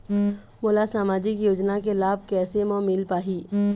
मोला सामाजिक योजना के लाभ कैसे म मिल पाही?